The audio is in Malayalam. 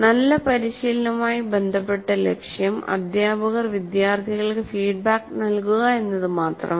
നല്ല പരിശീലനവുമായി ബന്ധപ്പെട്ട ലക്ഷ്യം അധ്യാപകർ വിദ്യാർത്ഥികൾക്ക് ഫീഡ്ബാക്ക് നൽകുക എന്നത് മാത്രമല്ല